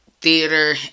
theater